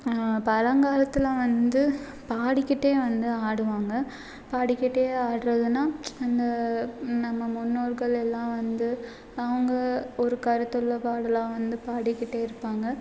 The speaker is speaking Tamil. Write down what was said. பழங்காலத்தில் வந்து பாடிக்கிட்டே வந்து ஆடுவாங்க பாடிக்கிட்டே ஆடுறதுன்னா அந்த நம்ம முன்னோர்கள் எல்லாம் வந்து அவங்க ஒரு கருத்துள்ள பாடலை வந்து பாடிக்கிட்டே இருப்பாங்க